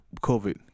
covid